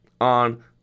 on